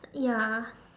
ya